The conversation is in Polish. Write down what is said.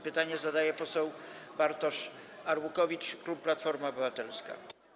Pytanie zadaje poseł Bartosz Arłukowicz, klub Platforma Obywatelska.